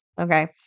Okay